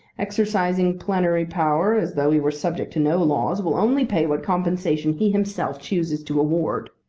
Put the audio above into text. exercising plenary power as though he were subject to no laws, will only pay what compensation he himself chooses to award.